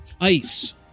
ice